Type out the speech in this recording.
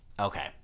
Okay